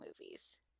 movies